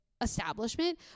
establishment